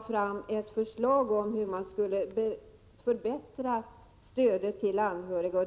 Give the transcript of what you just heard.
fram ett förslag om hur man skulle förbättra stödet till anhöriga.